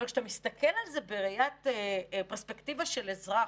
אבל כשאתה מסתכל על זה בראיית פרספקטיבה של אזרח,